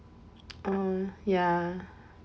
mm ya